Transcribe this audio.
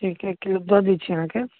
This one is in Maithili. एक एक किलो दऽ दै छी अहाँके